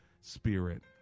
spirit